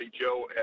Joe